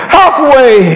halfway